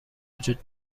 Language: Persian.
وجود